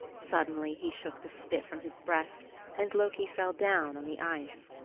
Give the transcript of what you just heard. suddenly he shook the spit from his breast and loki fell down on the ice.